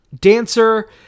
dancer